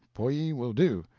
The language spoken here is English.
polli will do.